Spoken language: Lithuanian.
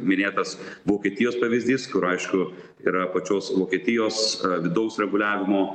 minėtas vokietijos pavyzdys kur aišku yra pačios vokietijos vidaus reguliavimo